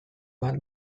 bat